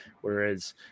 whereas